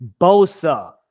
Bosa